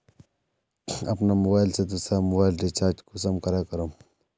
अपना मोबाईल से दुसरा मोबाईल रिचार्ज कुंसम करे करूम?